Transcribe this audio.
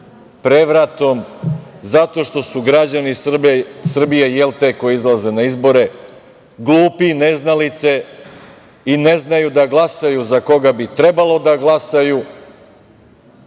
prevratom zato što su građani Srbije koji izlaza na izbore, jel' te, glupi, neznalice i ne znaju da glasaju za koga bi trebalo da glasaju,